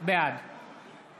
בעד